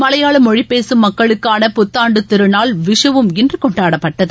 மலையாளமொழிபேசும் மக்களுக்கான புத்தாண்டுதிருநாள் விஷுவும் இன்றுணொண்டாடப்பட்டது